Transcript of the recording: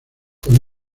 con